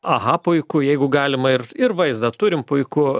aha puiku jeigu galima ir ir vaizdą turim puiku